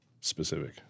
specific